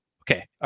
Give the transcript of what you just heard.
Okay